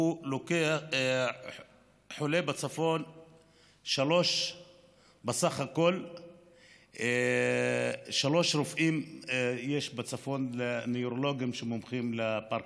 יש בצפון בסך הכול שלושה רופאים נוירולוגים שמומחים לפרקינסון,